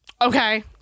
Okay